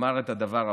אמר את הדבר הבא: